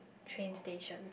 train station